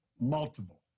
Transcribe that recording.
Multiple